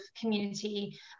community